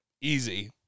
easy